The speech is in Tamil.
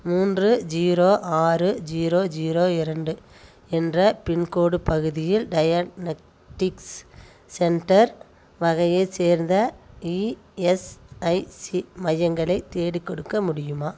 மூன்று ஜீரோ ஆறு ஜீரோ ஜீரோ இரண்டு என்ற பின்கோடு பகுதியில் டயனக்டிக்ஸ் சென்டர் வகையைச் சேர்ந்த இஎஸ்ஐசி மையங்களை தேடிக்கொடுக்க முடியுமா